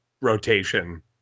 Rotation